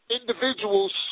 individuals